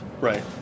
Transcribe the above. Right